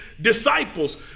disciples